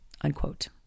Unquote